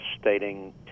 stating